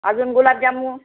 अजून गुलाबजामून